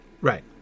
Right